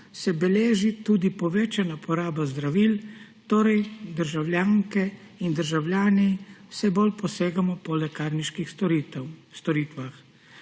se beleži tudi povečana poraba zdravil, torej državljanke in državljani vse bolj posegamo po lekarniških storitvah.